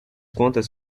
contas